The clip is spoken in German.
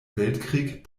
weltkrieg